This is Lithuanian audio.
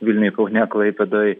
vilniuj kaune klaipėdoj